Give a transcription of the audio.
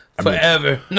Forever